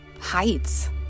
Heights